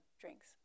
drinks